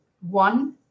One